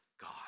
God